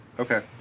Okay